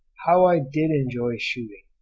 how i did enjoy shooting!